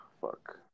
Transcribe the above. fuck